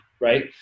right